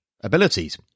abilities